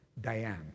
Diane